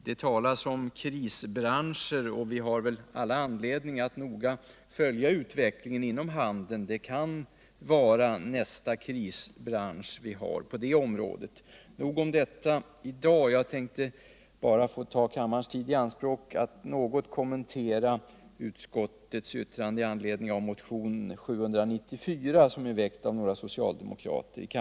Det talas om krisbranscher, och vi har väl all anledning att noga följa utvecklingen inom handeln. Det kan vara nästa krisbransch. Nog om detta i dag. Jag tänkte bara få ta kammarens tid i anspråk för att något kommentera utskottets yttrande i anledning av motionen 794, som är väckt av några socialdemokrater.